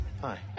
Hi